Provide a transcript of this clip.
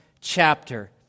chapter